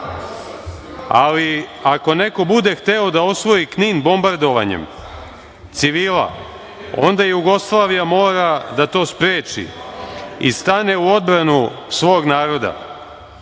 ali ako neko bude hteo da osvoji Knin bombardovanjem civila, onda Jugoslavija mora da to spreči i stane u odbranu svog naroda.